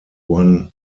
one